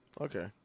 okay